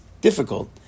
difficult